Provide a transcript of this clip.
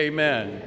Amen